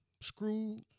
screwed